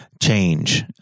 change